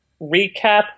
recap